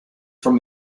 from